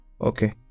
Okay